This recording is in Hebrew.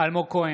אלמוג כהן,